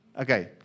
Okay